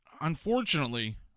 unfortunately